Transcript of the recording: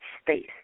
space